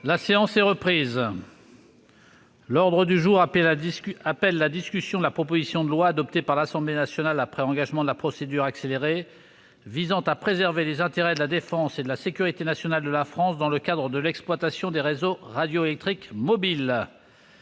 La séance est reprise. L'ordre du jour appelle la discussion de la proposition de loi, adoptée par l'Assemblée nationale après engagement de la procédure accélérée, visant à préserver les intérêts de la défense et de la sécurité nationale de la France dans le cadre des réseaux radioélectriques mobiles